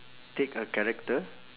take a character